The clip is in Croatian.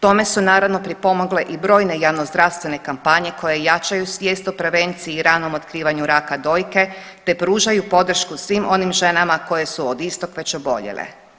Tome su naravno pripomogle i brojne javnozdravstvene kampanje koje jačaju svijest o prevenciji i ranom otkrivanju raka dojke, te pružaju podršku svim onim ženama koje su od istog već oboljele.